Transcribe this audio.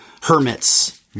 hermits